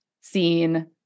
seen